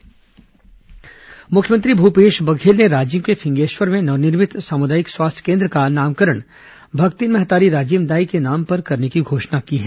मुख्यमंत्री प्रवास मुख्यमंत्री भूपेश बघेल ने राजिम के फिंगेश्वर में नवनिर्मित सामुदायिक स्वास्थ्य केंद्र का नामकरण भक्तिन महतारी राजिम दाई के नाम पर करने की घोषणा की है